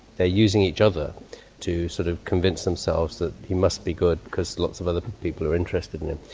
they are using each other to sort of convince themselves that he must be good because lots of other people are interested in him.